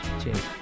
cheers